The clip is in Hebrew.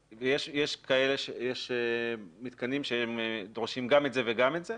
יש מיתקנים שדורשים גם את זה וגם את זה,